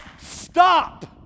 Stop